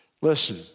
Listen